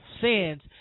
sins